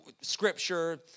Scripture